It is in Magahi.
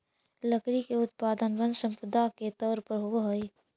लकड़ी के उत्पादन वन सम्पदा के तौर पर होवऽ हई